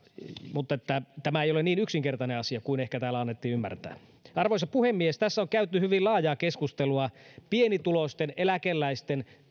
mutta tämä ei ole niin yksinkertainen asia kuin täällä ehkä annettiin ymmärtää arvoisa puhemies tässä on käyty hyvin laajaa keskustelua pienituloisten eläkeläisten